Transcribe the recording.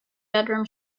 bedroom